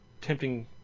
tempting